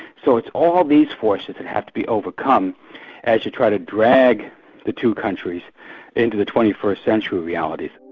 so it's all these forces that have to be overcome as you try to drag the two countries into the twenty first century reality.